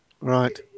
Right